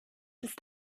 ist